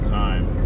time